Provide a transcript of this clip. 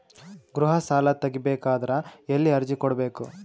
ಗೃಹ ಸಾಲಾ ತಗಿ ಬೇಕಾದರ ಎಲ್ಲಿ ಅರ್ಜಿ ಕೊಡಬೇಕು?